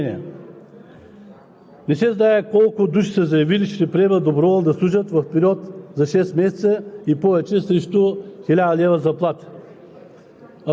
да ни кажат какви са нагласите в обществото, защото без никакви психологически изследвания предварително ние правим тези изменения.